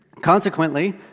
Consequently